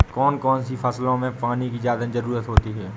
कौन कौन सी फसलों में पानी की ज्यादा ज़रुरत होती है?